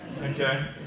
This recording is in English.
Okay